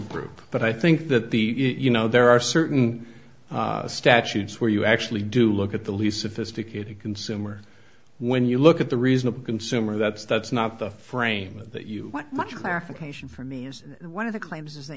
group but i think that the you know there are certain statutes where you actually do look at the least sophisticated consumer when you look at the reasonable consumer that's that's not the frame that you want much clarification from me as one of the claims is